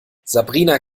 sabrina